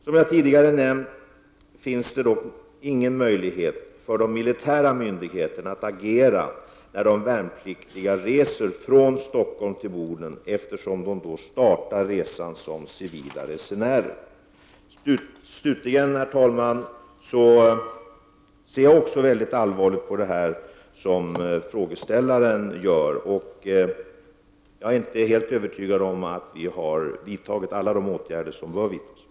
Som jag tidigare har nämnt finns det dock ingen möjlighet för de militära myndigheterna att agera när de värnpliktiga reser från Stockholm till Boden, eftersom de värnpliktiga då startar resan som civila resenärer. Slutligen, herr talman, ser även jag mycket allvarligt på det som frågeställaren har tagit upp. Jag är inte helt övertygad om att alla de åtgärder som bör vidtas har vidtagits.